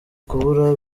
kubura